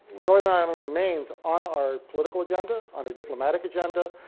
northern ireland remains on our political agenda, on our diplomatic agenda,